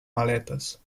maletes